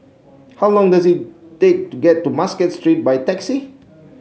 how long does it take to get to Muscat Street by taxi